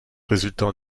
résultant